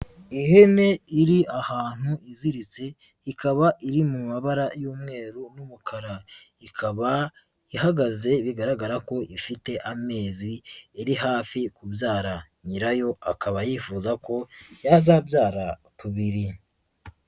Ihene iri ahantu iziritse, ikaba iri mu mabara y'umweru n'umukara, ikaba ihagaze bigaragara ko ifite amezi iri hafi kubyara, nyirayo akaba yifuza ko yazabyara tubiri.